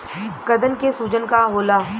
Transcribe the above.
गदन के सूजन का होला?